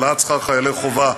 העלאת שכר חיילי חובה,